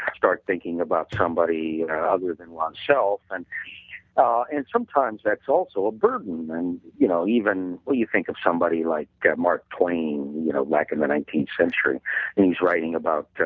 start thinking about somebody other than oneself and ah and sometimes that's also a burden and you know even when you think of somebody like mark twain you know like in the nineteenth century and he is writing about